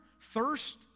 thirst